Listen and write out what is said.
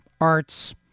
arts